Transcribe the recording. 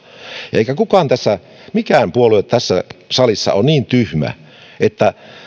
eikä mikään puolue tässä salissa ole niin tyhmä että